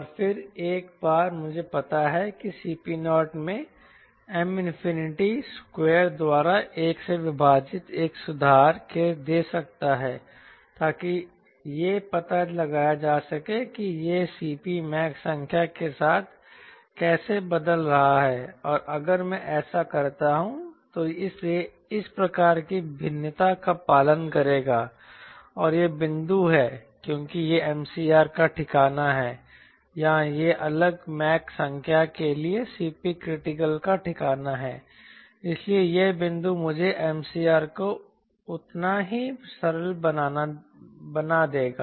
और फिर एक बार मुझे पता है कि Cp0 मैं M स्क्वायर द्वारा 1 से विभाजित एक सुधार दे सकता हूं ताकि यह पता लगाया जा सके कि यह Cp मैक संख्या के साथ कैसे बदल रहा है और अगर मैं ऐसा करता हूं तो यह इस प्रकार की भिन्नता का पालन करेगा और यह बिंदु है क्योंकि यह MCR का ठिकाना है या यह अलग मैक संख्या के लिए Cp क्रिटिकल का ठिकाना है इसलिए यह बिंदु मुझे MCR को उतना ही सरल बना देगा